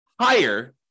higher